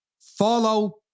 follow